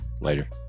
Later